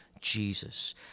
jesus